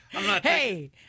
Hey